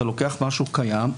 אתה לוקח משהו קיים,